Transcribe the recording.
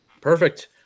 perfect